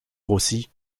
grossit